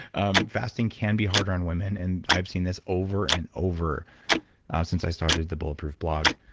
um fasting can be hard on women, and i've seen this over and over ah since i started the bulletproof blog,